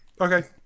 Okay